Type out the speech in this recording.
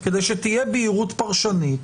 כדי שתהיה בהירות פרשנית,